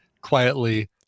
quietly